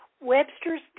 Webster's